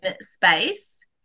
space